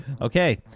Okay